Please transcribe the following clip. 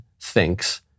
thinks